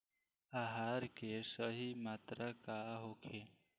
आहार के सही मात्रा का होखे?